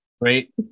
Great